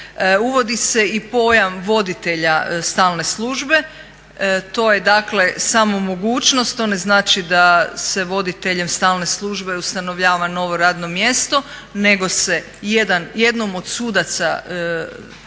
Uvodi se i pojam voditelja stalne službe. To je dakle samo mogućnost, to ne znači da se voditeljem stalne službe ustanovljava novo radno mjesto nego se jednom od sudaca